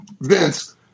Vince